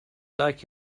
like